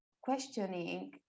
questioning